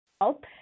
help